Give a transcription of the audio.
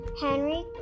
Henry